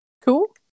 Cool